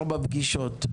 ארבע פגישות.